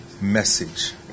message